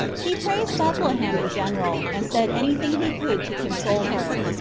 he praised bethlehem in general, and said anything he could to console her.